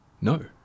no